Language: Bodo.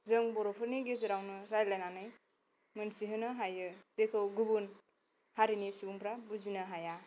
जों बर' फोरनि गेजेरावनो रायलायनानै मोनथि होनो हायो बेखौ गुबुन हारिनि सुबुंफोरा बुजिनो हाया